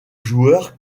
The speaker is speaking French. joueur